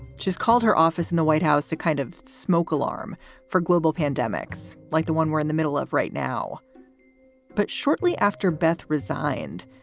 she's called her office in the white house to kind of smoke alarm for global pandemics like the one we're in the middle of right now but shortly after beth resigned,